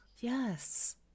Yes